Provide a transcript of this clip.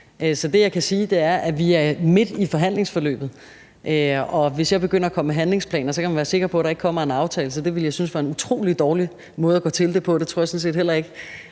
Så det, jeg kan sige, er, at vi er midt i forhandlingsforløbet, og hvis jeg begynder at komme med handlingsplaner, kan man være sikker på, at der ikke kommer en aftale, så det ville jeg synes var en utrolig dårlig måde at gå til det på, og det tror jeg sådan set heller ikke